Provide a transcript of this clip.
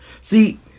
See